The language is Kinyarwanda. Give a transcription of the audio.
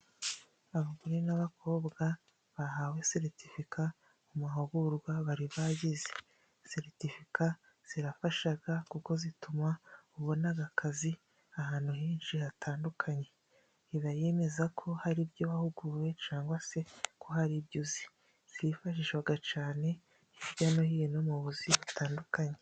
Abagore n'abakobwa bahawe seritifika mu mahugurwa bari bagize .Seritifika zirafasha kuko zituma ubona akazi ahantu henshi hatandukanye ,iba yemeza ko hari ibyo wahuguwe cyangwa se ko hari ibyo uzi, zifashishwa cyane hirya no hino mu buzima butandukanye.